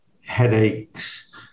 headaches